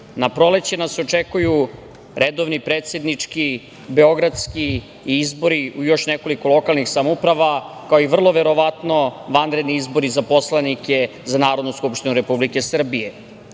na proleće nas očekuju redovni predsednički, beogradski i izbori u još nekoliko lokalnih samouprava, kao i vrlo verovatno vanredni izbori za poslanike za Narodnu skupštinu Republike Srbije. Otpočeo